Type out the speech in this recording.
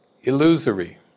illusory